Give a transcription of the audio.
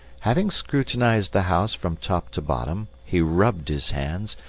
having scrutinised the house from top to bottom, he rubbed his hands,